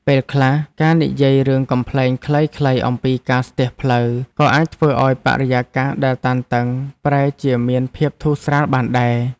ពេលខ្លះការនិយាយរឿងកំប្លែងខ្លីៗអំពីការស្ទះផ្លូវក៏អាចធ្វើឱ្យបរិយាកាសដែលតានតឹងប្រែជាមានភាពធូរស្រាលបានដែរ។